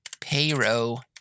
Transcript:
Payroll